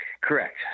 Correct